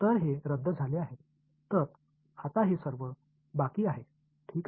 எனவே இது ரத்துசெய்யப்பட்டது எனவே நான் இதை எல்லாம் விட்டுவிட்டேன்